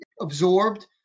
absorbed